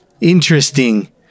Interesting